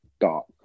dark